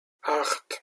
acht